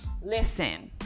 Listen